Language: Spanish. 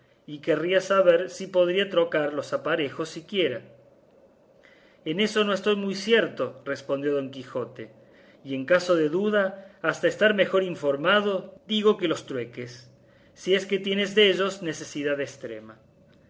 y querría saber si podría trocar los aparejos siquiera en eso no estoy muy cierto respondió don quijote y en caso de duda hasta estar mejor informado digo que los trueques si es que tienes dellos necesidad estrema